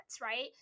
right